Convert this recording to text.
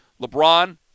LeBron